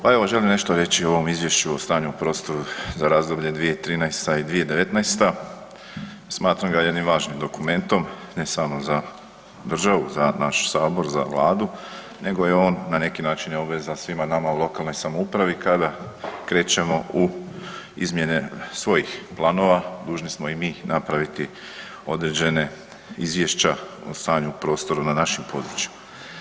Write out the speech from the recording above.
Pa evo želim nešto reći o ovom Izvješću o stanju u prostoru za razdoblje 2013.-2019., smatram ga jednim važnim dokumentom, ne samo za državu, na naš sabor, za vladu, nego je on na neki način i obveza svima nama u lokalnoj samoupravi, kada krećemo u izmjene svojih planova dužni smo i mi napraviti određena izvješća o stanju u prostoru na našim područjima.